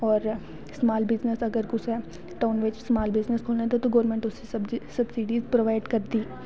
और small business अगर कुसै टाउन बिच्च कुसै समाल बिजनस खोलनां तां गौरमैंट उसी सब्सीड़ीस प्रोवाईड़ करदी